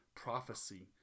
Prophecy